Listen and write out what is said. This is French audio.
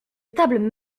table